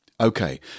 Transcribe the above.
Okay